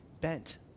bent